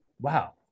wow